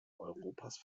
europas